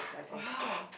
!wow!